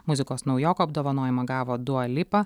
muzikos naujoko apdovanojimą gavo dua lipa